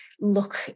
look